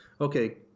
Okay